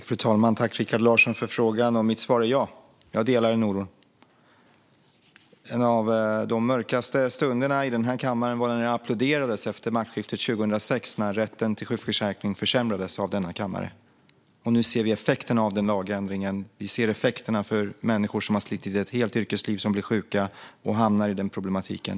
Fru talman! Jag tackar Rikard Larsson för frågan. Mitt svar är ja; jag delar denna oro. En av de mörkaste stunderna i denna kammare var när det applåderades efter maktskiftet 2006 när rätten till sjukförsäkring försämrades av denna kammare. Nu ser vi effekten av denna lagändring. Vi ser effekterna för människor som har slitit i ett helt yrkesliv och som blir sjuka och hamnar i denna problematik.